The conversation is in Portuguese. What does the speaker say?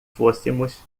fôssemos